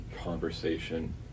conversation